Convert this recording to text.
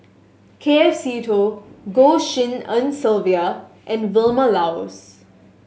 K F Seetoh Goh Tshin En Sylvia and Vilma Laus